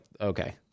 Okay